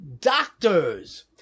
doctors